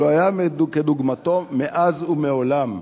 שלא היה כדוגמתו מאז ומעולם,